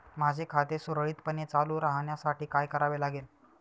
माझे खाते सुरळीतपणे चालू राहण्यासाठी काय करावे लागेल?